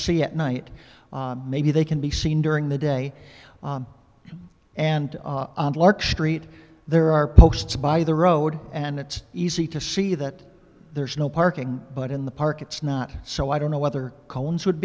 see at night maybe they can be seen during the day and a large street there are posts by the road and it's easy to see that there's no parking but in the park it's not so i don't know whether cones would